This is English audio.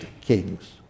kings